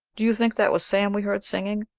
do you think that was sam we heard singing?